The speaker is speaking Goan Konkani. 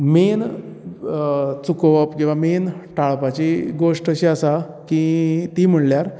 मेन चुकोवप किंवां मेन टाळपाची गोष्ट अशी आसा की ती म्हणल्यार